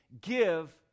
give